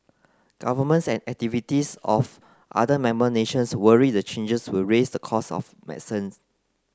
governments and activists of other member nations worry the changes will raise the costs of